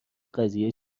قضیه